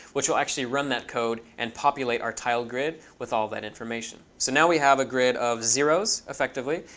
which will actually run that code and populate our tile grid with all that information. so, now, we have a grid of zero s, effectively,